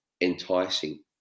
enticing